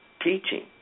teaching